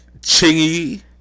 Chingy